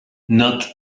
not